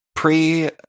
Pre